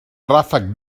ràfec